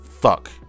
Fuck